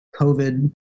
COVID